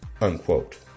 Unquote